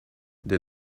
did